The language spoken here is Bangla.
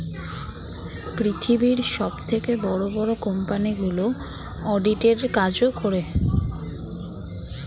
পৃথিবীর সবথেকে বড় বড় কোম্পানিগুলো অডিট এর কাজও করে